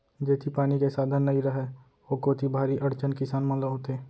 जेती पानी के साधन नइ रहय ओ कोती भारी अड़चन किसान मन ल होथे